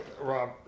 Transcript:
Rob